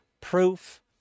proof